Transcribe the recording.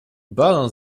balon